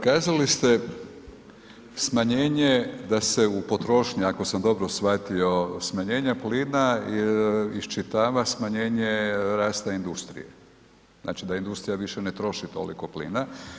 Kazali ste smanjenje da se u potrošnji, ako sam dobro shvatio smanjenje plina isčitava smanjenje rasta industrije, znači da industrija više ne troši toliko plina.